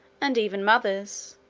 and even mothers,